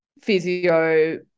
physio